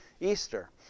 Easter